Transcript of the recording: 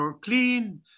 clean